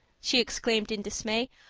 she exclaimed in dismay,